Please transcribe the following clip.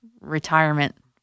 retirement